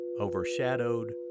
overshadowed